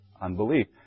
unbelief